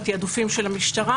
בתיעדופים של המשטרה